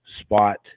spot